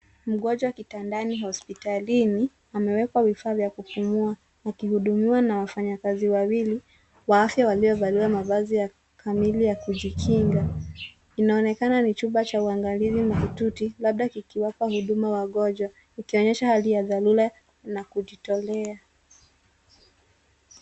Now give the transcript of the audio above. Mgonjwa kitandani hospitalini amewekwa vifaa vya kupumua akihudumiwa na wafanyakazi wawili wa afya waliovalia mavazi kamili ya kujikinga. Inaonekana ni chumba cha uangalizi mahututi labda kikiwapa huduma wagonjwa ikionyesha hali ya dharura na kujitolea.